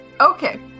Okay